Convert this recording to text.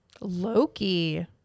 Loki